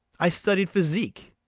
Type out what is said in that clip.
i studied physic,